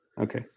Okay